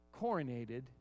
coronated